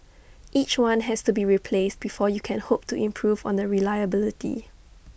each one has to be replaced before you can hope to improve on the reliability